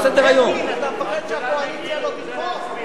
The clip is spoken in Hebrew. אלקין, אלקין, אתה מפחד שהקואליציה לא תתמוך?